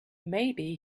maybe